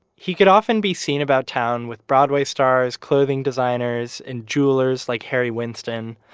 he could often be seen about town with broadway stars, clothing designers, and jewelers like harry winston.